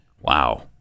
wow